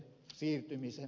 arvoisa puhemies